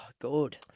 good